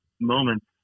moments